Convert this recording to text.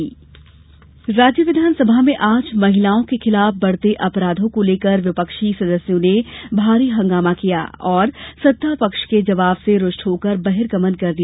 विस walk out राज्य विधानसभा में आज महिलाओं के खिलाफ बढ़ते अपराधों को लेकर विपक्षी सदस्यों ने भारी हंगामा किया और सत्ता पक्ष के जवाब से रूष्ट होकर वर्हिगमन कर दिया